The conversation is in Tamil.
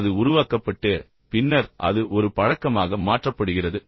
அது உருவாக்கப்பட்டு பின்னர் அது ஒரு பழக்கமாக மாற்றப்படுகிறது